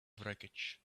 wreckage